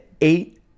eight